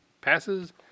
passes